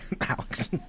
Alex